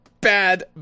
bad